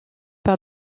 par